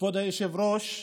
כבוד היושב-ראש,